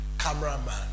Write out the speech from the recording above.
cameraman